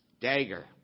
dagger